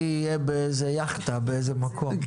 אני אהיה באיזה יאכטה באיזה מקום.